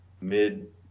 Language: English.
mid